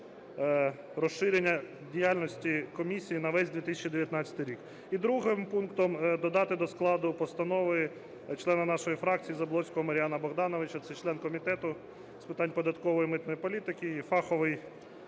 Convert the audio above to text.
розширення діяльності комісії на весь 2019 рік. І другим пунктом додати до складу постанови члена нашої фракції Заблоцького Мар'яна Богдановича. Це член Комітету з питань податкової та митної політики і фаховий